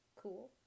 Cool